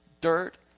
dirt